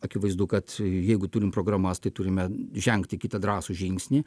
akivaizdu kad jeigu turim programas tai turime žengti kitą drąsų žingsnį